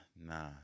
nah